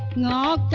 la